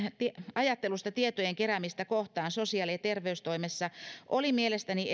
ajattelusta tietojen keräämisen suhteen sosiaali ja terveystoimessa oli mielestäni